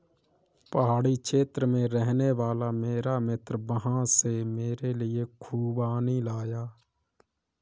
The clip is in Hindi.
पहाड़ी क्षेत्र में रहने वाला मेरा मित्र वहां से मेरे लिए खूबानी लाया